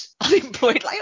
unemployed